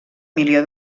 milió